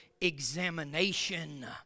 examination